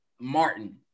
Martin